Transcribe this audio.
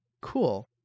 Cool